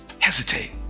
hesitate